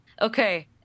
okay